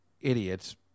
idiots